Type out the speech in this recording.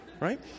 right